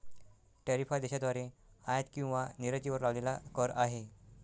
tariff हा देशाद्वारे आयात किंवा निर्यातीवर लावलेला कर आहे